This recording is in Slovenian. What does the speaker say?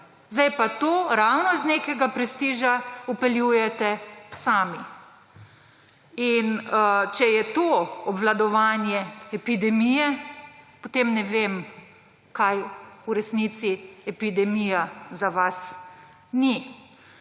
Zdaj pa to ravno iz nekega prestiža vpeljujete sami. In če je to obvladovanje epidemije, potem ne vem, kaj v resnici epidemija za vas ni.